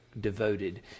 devoted